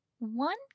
One